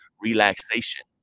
relaxation